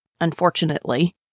Unfortunately